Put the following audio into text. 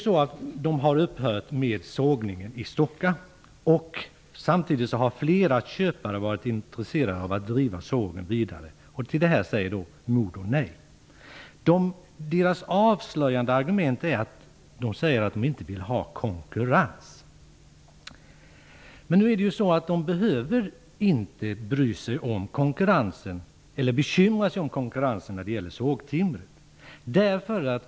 Man har upphört med sågningen i Stocka, och i samband med detta har flera spekulanter varit intresserade av att driva sågen vidare. Till detta säger Modo nej. Det avslöjande argument som anförs av företaget är att man inte vill ha konkurrens. Men företaget behöver inte bekymra sig om konkurrensen när det gäller det svenska sågtimret.